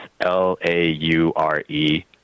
L-A-U-R-E